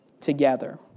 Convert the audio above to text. together